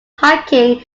hiking